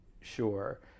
sure